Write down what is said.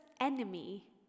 enemy